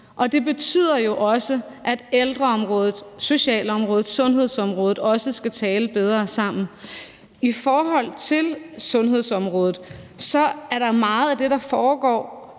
det betyder også, at ældreområdet, socialområdet og sundhedsområdet skal tale bedre sammen. I forhold til sundhedsområdet er der meget af det, der lige